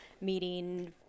meeting